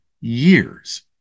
years